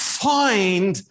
find